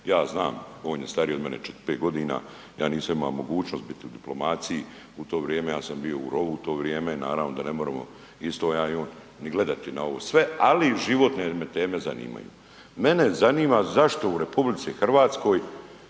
Ja znam on je stariji od 4, 5 godina, ja nisam imao mogućnost bit u diplomaciji u to vrijeme, ja sam bio u rovu u to vrijeme, naravno da ne moremo isto ja i on ni gledati da ovo sve, ali životne me teme zanimaju. Mene zanima zašto u RH nemamo,